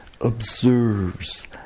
observes